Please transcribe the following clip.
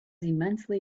immensely